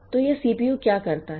तो यह सीपीयू क्या करता है